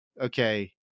Okay